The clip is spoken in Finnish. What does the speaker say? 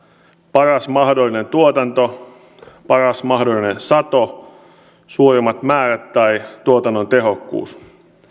paras mahdollinen tuotanto paras mahdollinen sato suuremmat määrät tai tuotannon tehokkuus